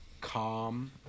calm